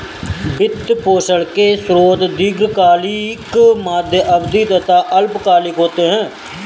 वित्त पोषण के स्रोत दीर्घकालिक, मध्य अवधी तथा अल्पकालिक होते हैं